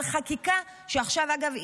על חקיקה שעכשיו אגב,